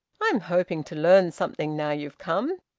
i'm hoping to learn something now you've come.